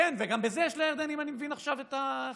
כן, וגם בזה אני מבין שיש לירדנים את האחריות.